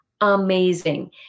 amazing